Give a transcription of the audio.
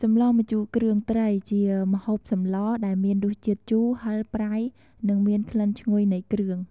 សម្លម្ជូរគ្រឿងត្រី ជាម្ហូបសម្លដែលមានរសជាតិជូរ ហឹរ ប្រៃ និងមានក្លិនឈ្ងុយនៃគ្រឿង។